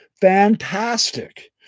Fantastic